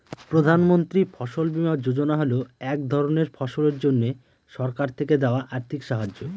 প্রধান মন্ত্রী ফসল বীমা যোজনা হল এক ধরনের ফসলের জন্যে সরকার থেকে দেওয়া আর্থিক সাহায্য